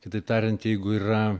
kitaip tariant jeigu yra